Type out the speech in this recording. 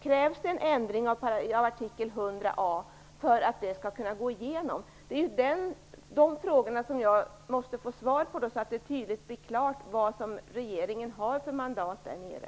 Krävs det en ändring av artikel 100 a för att detta skall kunna gå igenom? Dessa frågor måste jag få svar på så att det blir tydligt vilket mandat regeringen har där nere.